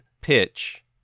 pitch